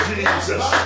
Jesus